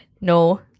No